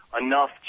enough